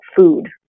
food